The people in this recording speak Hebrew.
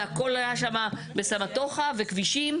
והכל היה שם בסמטוחה וכבישים,